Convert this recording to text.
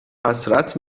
حسرت